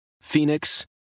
Phoenix